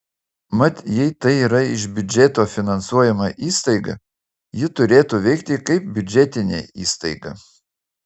mat jei tai yra iš biudžeto finansuojama įstaiga ji turėtų veikti kaip biudžetinė įstaiga